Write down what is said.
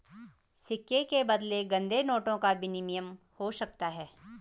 सिक्के के बदले गंदे नोटों का विनिमय हो सकता है